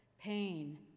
pain